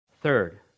Third